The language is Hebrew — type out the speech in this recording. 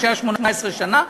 מה שהיה 18 שנה,